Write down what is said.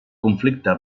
conflicte